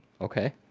okay